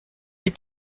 est